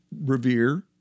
revere